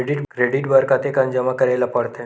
Credit बर कतेकन जमा करे ल पड़थे?